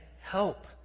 help